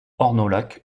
ornolac